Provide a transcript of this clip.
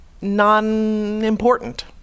non-important